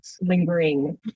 lingering